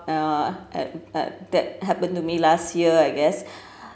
uh at at that happened to me last year I guess